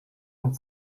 and